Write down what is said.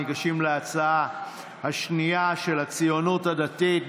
אנחנו ניגשים להצעה השנייה, של הציונות הדתית.